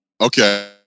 okay